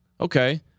okay